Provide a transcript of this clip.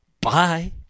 bye